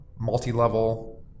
multi-level